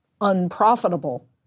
unprofitable